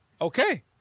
Okay